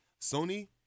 Sony